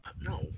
No